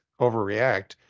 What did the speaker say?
overreact